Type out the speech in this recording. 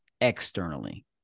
externally